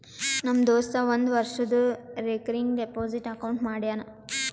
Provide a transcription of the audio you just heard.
ನಮ್ ದೋಸ್ತ ಒಂದ್ ವರ್ಷದು ರೇಕರಿಂಗ್ ಡೆಪೋಸಿಟ್ ಅಕೌಂಟ್ ಮಾಡ್ಯಾನ